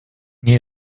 nie